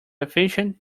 efficient